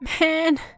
Man